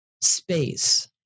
space